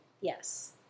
Yes